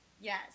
Yes